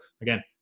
again